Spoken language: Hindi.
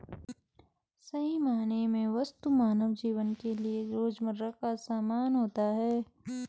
सही मायने में वस्तु मानव जीवन के लिये रोजमर्रा का सामान होता है